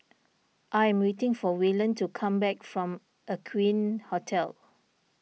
I am waiting for Waylon to come back from Aqueen Hotel